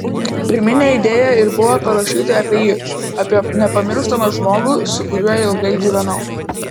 pirminė idėja ir buvo parašyti apie jį apie nepamirštamą žmogų su kuriuo ilgai gyvenau